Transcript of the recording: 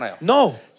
No